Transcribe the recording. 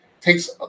takes